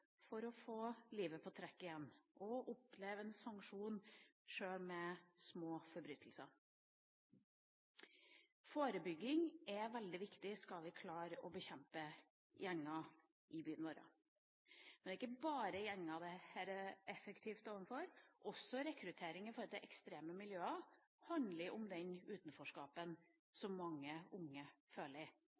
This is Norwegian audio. for å få livet på «track» igjen og for å oppleve en sanksjon sjøl med små forbrytelser. Forebygging er veldig viktig skal vi klare å bekjempe gjenger i byen vår, men det er ikke bare gjenger dette er effektivt overfor, også rekruttering til ekstreme miljøer handler om det utenforskapet mange unge føler.